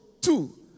Two